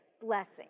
blessing